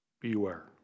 beware